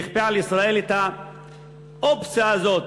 ויכפה על ישראל את האופציה הזאת,